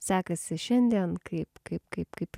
sekasi šiandien kaip kaip kaip kaip